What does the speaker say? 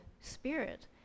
Spirit